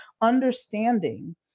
understanding